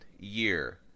year